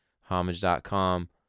homage.com